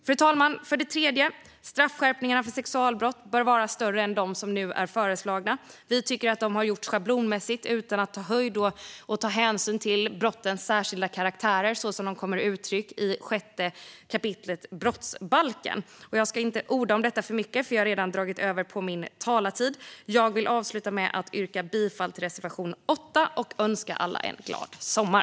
Fru talman! För det tredje: Straffskärpningarna för sexualbrott bör vara större än de som nu är föreslagna. Vi tycker att de har gjorts schablonmässigt utan att ta höjd för och hänsyn till brottens särskilda karaktär så som det kommer till uttryck i 6 kap. brottsbalken. Jag ska inte orda för mycket om detta, för jag har redan dragit över min talartid. Jag vill avsluta med att yrka bifall till reservation 8 och önska alla en glad sommar.